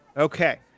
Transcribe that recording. Okay